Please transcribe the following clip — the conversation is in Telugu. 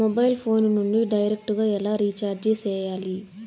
మొబైల్ ఫోను నుండి డైరెక్టు గా ఎలా రీచార్జి సేయాలి